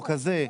או כזה,